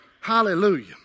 Hallelujah